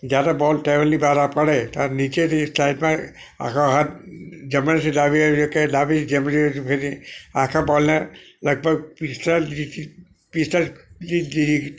જ્યારે બોલ ટેબલની બહાર આ પડે ત્યારે નીચેથી એ સ્ટ્રાઈક માંગે અથવા હાથ જમણેથી ડાબી બાજુથી કે ડાબીથી જમણી બાજુ ફરી આખા બોલને લગભગ પિસ્તાલી પિસ્તાલીસ ડિગ્રી